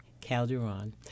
Calderon